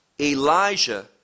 Elijah